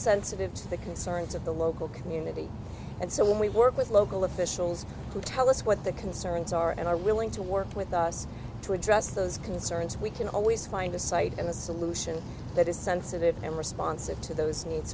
sensitive to the concerns of the local community and so when we work with local officials to tell us what the concerns are and are willing to work with us to address those concerns we can always find a site and a solution that is sensitive and responsive to those need